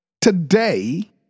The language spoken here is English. today